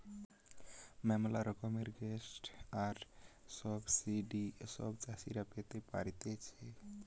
ম্যালা রকমের গ্রান্টস আর সাবসিডি সব চাষীরা পেতে পারতিছে